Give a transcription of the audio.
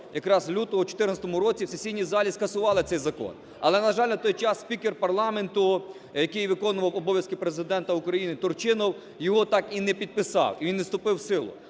якраз лютого в 14-му році в сесійній залі скасували цей закон. Але, на жаль, на той час спікер парламенту, який виконував обов'язки Президента України Турчинов, його так і не підписав, він не вступив у силу.